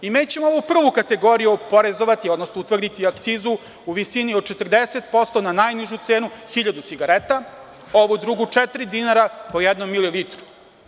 Nećemo ovu prvu kategoriju oporezovati, odnosno utvrditi akcizu u visini od 40% na najnižu cenu 1000 cigareta, ovu drugu četiri dinara po jednom mililitru.